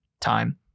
time